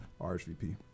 RSVP